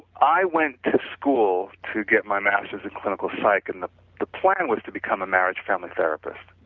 i went to school to get my masters in clinical psych and the the plan was to become a marriage family therapist.